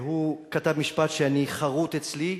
והוא כתב משפט שחרות אצלי,